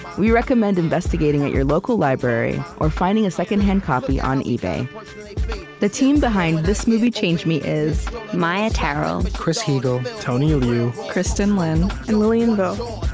we recommend investigating at your local library or finding a second hand copy on ebay the team behind this movie changed me is maia tarrell, chris heagle, tony tony liu, kristin lin, and lilian vo.